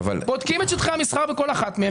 בודקים את שטחי המסחר בכל אחת מהן,